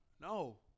No